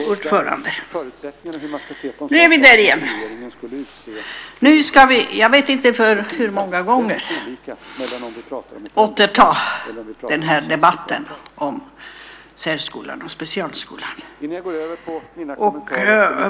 Herr talman! Nu är vi där igen. Nu ska vi - jag vet inte för vilken gång i ordningen - återta den här debatten om särskolan och specialskolan.